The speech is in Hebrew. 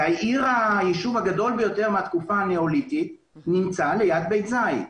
הישוב הגדול ביותר מהתקופה הניאוליתית נמצא ליד בית זית.